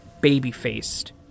baby-faced